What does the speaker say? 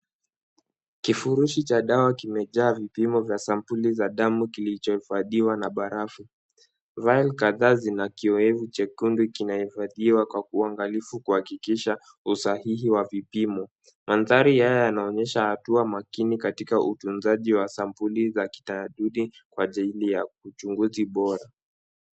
Kifurushi cha dawa kimejaa vipimo vya sampuli za damu kilichohifadhiwa na barafu. Vile kadhaa zinakiohevu chekundu kinahifadhiwa kwa kuangalifu kuhakikisha usahihi wa vipimo. Mandhari haya yanaonyesha hatua makini katika utunzaji wa sampuli za kitayarudi kwa ajili ya kuchunguzi bora.